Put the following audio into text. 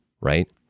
right